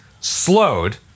slowed